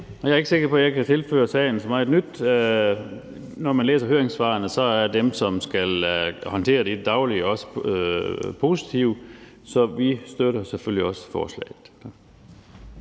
Jeg er ikke sikker på, at jeg kan tilføre sagen så meget nyt. Når man læser høringssvarene, er dem, som skal håndtere det i det daglige, også positive, så vi støtter selvfølgelig også forslaget.